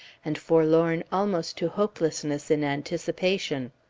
and forlorn almost to hopelessness in anticipation.